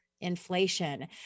Inflation